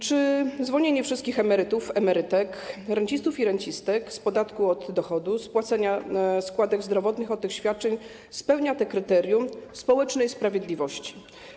Czy zwolnienie wszystkich emerytów i emerytek, rencistów i rencistek z podatku od dochodu, z płacenia składek zdrowotnych od tych świadczeń spełnia to kryterium społecznej sprawiedliwości?